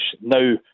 now